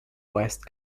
west